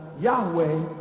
Yahweh